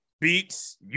beats